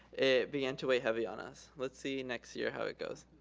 it began to weigh heavy on us. let's see next year how it goes.